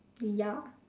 ya